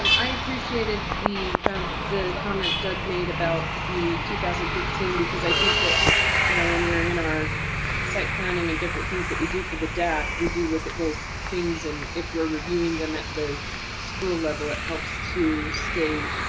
um i appreciated the the comment doug made about the two thousand and fifteen because i think that you know when we're in our site planning and different things that we do for the deck. we do look at those things and if we're reviewing them at the school level, it helps to stay